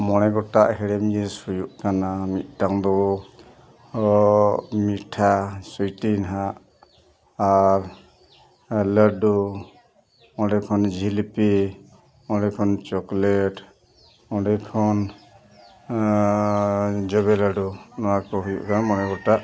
ᱢᱚᱬᱮ ᱜᱚᱴᱟᱝ ᱦᱮᱲᱮᱢ ᱡᱤᱱᱤᱥ ᱦᱩᱭᱩᱜ ᱠᱟᱱᱟ ᱢᱤᱫᱴᱟᱝ ᱫᱚ ᱨᱚ ᱢᱤᱴᱷᱟ ᱥᱩᱭᱴᱤ ᱦᱟᱸᱜ ᱟᱨ ᱞᱟᱹᱰᱩ ᱚᱸᱰᱮ ᱠᱷᱚᱱ ᱡᱤᱞᱤᱯᱤ ᱚᱸᱰᱮ ᱠᱷᱚᱱ ᱪᱚᱠᱞᱮᱴ ᱚᱸᱰᱮ ᱠᱷᱚᱱ ᱡᱚᱵᱮ ᱞᱟᱹᱰᱩ ᱱᱚᱣᱟ ᱠᱚ ᱦᱩᱭᱩᱜ ᱠᱟᱱ ᱢᱚᱬᱮ ᱜᱚᱴᱟᱜ